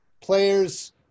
players